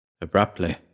Abruptly